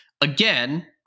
again